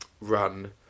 run